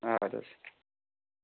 اَدٕ حظ